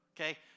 okay